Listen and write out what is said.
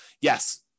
yes